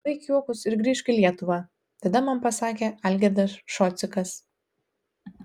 baik juokus ir grįžk į lietuvą tada man pasakė algirdas šocikas